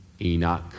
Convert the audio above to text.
Enoch